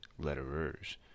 letterers